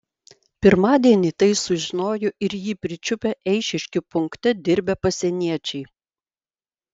pirmadienį tai sužinojo ir jį pričiupę eišiškių punkte dirbę pasieniečiai